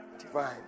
Divine